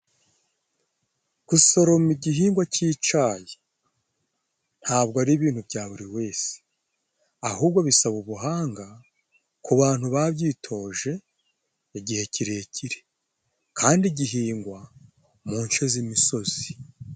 Gusoroma igihingwa c'icayi, ntabwo ari ibintu bya buri wese. Ahubwo bisaba ubuhanga , ku bantu babyitoje igihe kirekire. Kandi gihingwa mu nce z'imisozi.